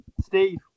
Steve